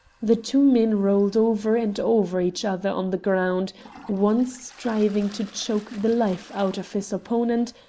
the two men rolled over and over each other on the ground one striving to choke the life out of his opponent,